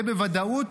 זה בוודאות,